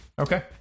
Okay